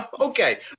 okay